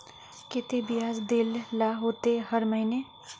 केते बियाज देल ला होते हर महीने?